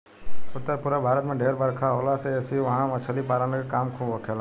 उत्तर पूरब भारत में ढेर बरखा होला ऐसी से उहा मछली पालन के काम खूब होखेला